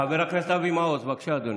חבר הכנסת אבי מעוז, בבקשה, אדוני.